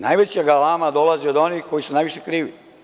Najveća galama dolazi od onih koji su najviše krivi.